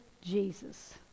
Jesus